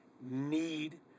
need